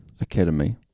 Academy